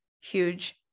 huge